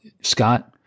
Scott